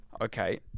Okay